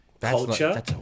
culture